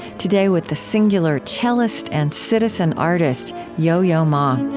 today, with the singular cellist and citizen artist, yo-yo ma